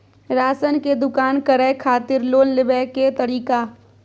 Ration के दुकान करै खातिर लोन लेबै के तरीका?